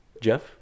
Jeff